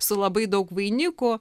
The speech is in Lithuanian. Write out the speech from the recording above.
su labai daug vainikų